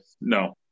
no